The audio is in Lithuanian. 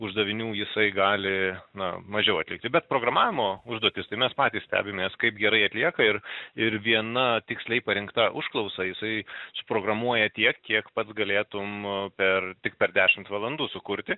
uždavinių jisai gali na mažiau atlikti bet programavimo užduotis tai mes patys stebimės kaip gerai atlieka ir ir viena tiksliai parinkta užklausa jisai suprogramuoja tiek kiek pats galėtum per tik per dešimt valandų sukurti